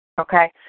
Okay